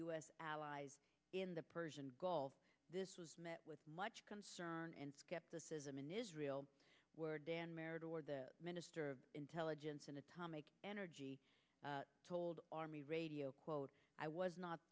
s allies in the persian gulf this was met with much concern and skepticism in israel where dan meridor the minister of intelligence and atomic energy told army radio quote i was not